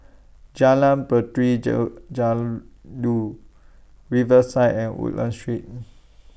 Jalan Puteri Riverside and Woodlands Street